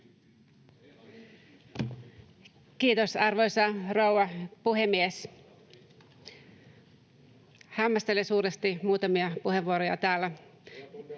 Kiitos, arvoisa rouva puhemies! Hämmästelen suuresti muutamia puheenvuoroja täällä.